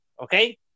Okay